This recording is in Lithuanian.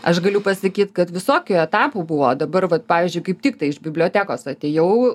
aš galiu pasakyt kad visokių etapų buvo dabar vat pavyzdžiui kaip tiktai iš bibliotekos atėjau